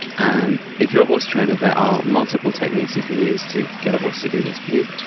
and if you are horse trainer there are multiple techniques you can use to get a horse to do this for you,